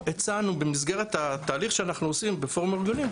במסגרת התהליך שאנחנו עושים בפורום הארגונים,